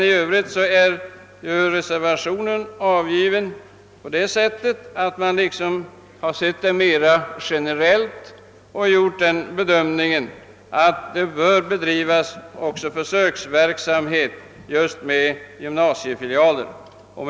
I reservationen ser vi denna fråga generellt och har gjort den bedömningen att även försöksverksamhet med gymnasiefilialer bör bedrivas.